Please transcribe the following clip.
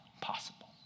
possible